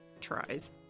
Tries